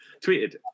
tweeted